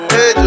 Hey